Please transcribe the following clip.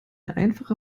einfache